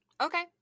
Okay